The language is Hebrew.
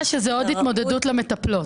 היא התכוונה שזה עוד התמודדות למטפלות.